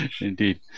indeed